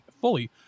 fully